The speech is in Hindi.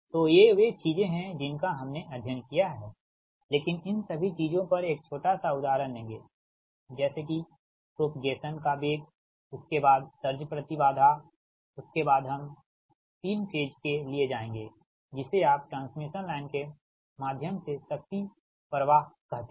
तो ये वे चीजें हैं जिनका हमने अध्ययन किया है लेकिन इन सभी चीजों पर एक छोटा सा उदाहरण लेंगेजैसे कि प्रोपगेसन का वेग उसके बाद सर्ज प्रति बाधाउसके बाद हम 3 फेज के लिए जायेंगे जिसे आप ट्रांसमिशन लाइन के माध्यम से शक्ति प्रवाह कहते हैं